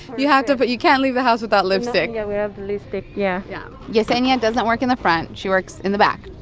you have to put you can't leave the house without lipstick not without lipstick, yeah yeah yesenia doesn't work in the front. she works in the back.